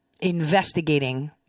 investigating